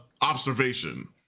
observation